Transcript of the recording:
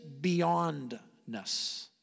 beyondness